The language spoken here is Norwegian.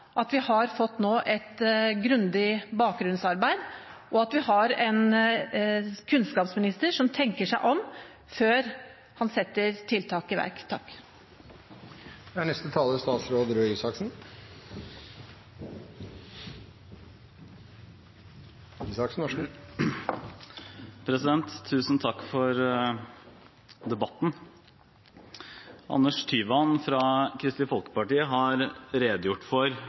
at vi nå har fått et grundig bakgrunnsarbeid, og at vi har en kunnskapsminister som tenker seg om før han setter tiltak i verk. Tusen takk for debatten. Anders Tyvand fra Kristelig Folkeparti har på en veldig god måte redegjort for